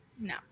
No